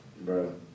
bro